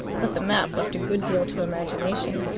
but the map left a good deal to imagination,